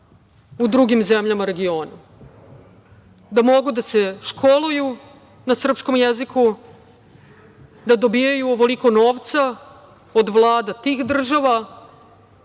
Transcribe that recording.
u drugim zemljama regiona. Da mogu da se školuju na srpskom jeziku, da dobijaju ovoliko novca od vlada tih država,